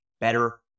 better